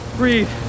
breathe